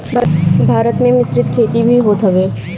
भारत में मिश्रित खेती भी होत हवे